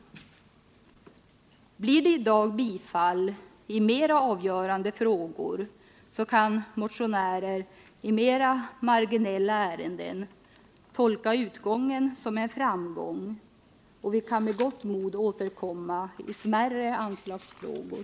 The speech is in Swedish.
Blir det i dag bifall i mera avgörande frågor, så kan motionärer i mera marginella ärenden tolka utgången som en framgång, och vi kan med gott mod återkomma i smärre anslagsfrågor.